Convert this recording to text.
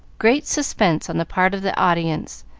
great suspense on the part of the audience,